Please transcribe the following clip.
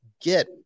get